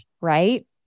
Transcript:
right